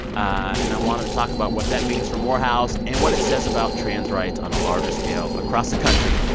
and i want to talk about what that means for morehouse and what it says about trans rights on a larger scale across the country.